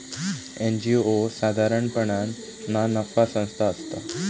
NGO साधारणपणान ना नफा संस्था असता